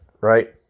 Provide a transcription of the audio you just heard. right